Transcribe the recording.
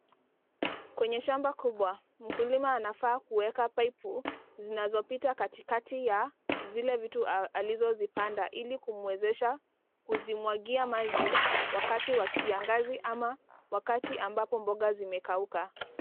Kwenye shamba kubwa, mkulima anafaa kuweka paipu zinazopita katikati ya zile vitu alizozipanda ili kumwezesha kuzimwagia maji wakati wa kiangazi ama wakati ambapo mboga zimekauka.